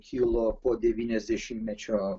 kilo po devyniasdešimtmečio